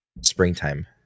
springtime